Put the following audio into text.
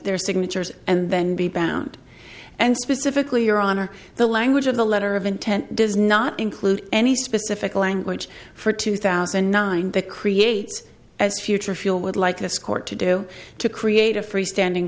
signatures and then be bound and specifically your honor the language of the letter of intent does not include any specific language for two thousand and nine the creates as future fuel would like this court to do to create a free standing